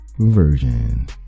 Version